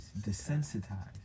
Desensitized